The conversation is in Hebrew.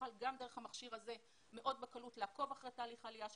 יוכל גם דרך המכשיר הזה מאוד בקלות לעקוב אחר תהליך העלייה שלו,